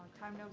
time no